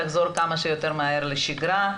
תחזור כמה שיותר מהר לשגרה.